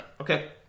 Okay